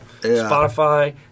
Spotify